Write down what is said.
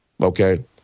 Okay